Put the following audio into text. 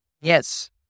Yes